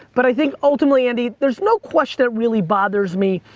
but i think ultimately, andy, there's no question that really bothers me.